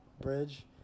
bridge